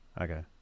okay